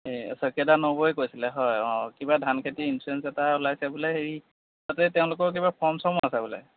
এই শইকীয়াদাৰ নবৌৱে কৈছিলে হয় অঁ কিবা ধানখেতিৰ ইঞ্চুৰেঞ্চ এটা ওলাইছে বোলে হেৰি তাতে তেওঁলোকৰ কিবা ফৰ্ম চৰ্মো আছে বোলে